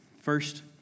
First